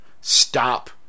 Stop